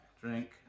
drink